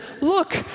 look